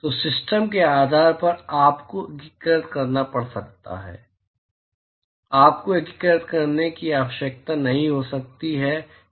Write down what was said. तो सिस्टम के आधार पर आपको एकीकृत करना पड़ सकता है आपको एकीकृत करने की आवश्यकता नहीं हो सकती है